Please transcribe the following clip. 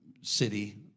city